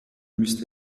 müsste